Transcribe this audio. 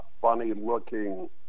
funny-looking